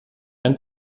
ein